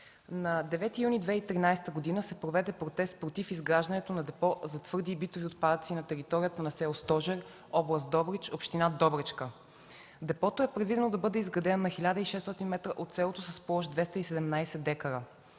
На 9 юни 2013 г. се проведе протест против изграждането на Депо за твърди и битови отпадъци на територията на село Стожер, област Добрич, община Добричка. Депото е предвидено да бъде изградено 1600 м от селото с площ 217 дка.